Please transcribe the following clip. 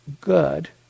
good